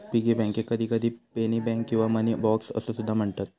piggy बँकेक कधीकधी penny bank किंवा मनी बॉक्स असो सुद्धा म्हणतत